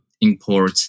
import